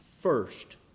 First